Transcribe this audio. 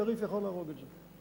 התעריף יכול להרוג את זה.